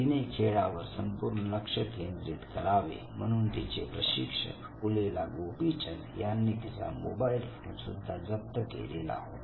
तिने खेळावर संपूर्ण लक्ष केंद्रित करावे म्हणून तिचे प्रशिक्षक पुलेला गोपीचंद यांनी तिचा मोबाईल फोन सुद्धा जप्त केलेला होता